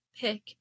pick